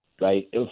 right